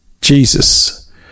Jesus